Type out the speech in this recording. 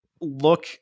Look